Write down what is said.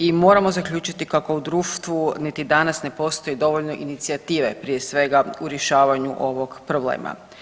I moramo zaključiti kako u društvu niti danas ne postoji dovoljno inicijative prije svega u rješavanju ovog problema.